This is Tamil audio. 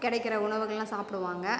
கிடைக்கிற உணவுகள்லாம் சாப்பிடுவாங்க